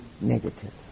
negative